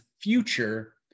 future